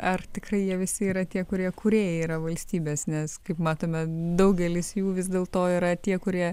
ar tikrai jie visi yra tie kurie kūrėjai yra valstybės nes kaip matome daugelis jų vis dėlto yra tie kurie